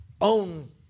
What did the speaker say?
own